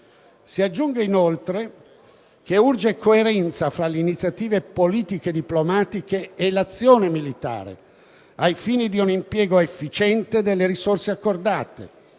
Si aggiunga, inoltre, che urge coerenza tra le iniziative politiche e diplomatiche e l'azione militare, ai fini di un impiego efficiente delle risorse accordate,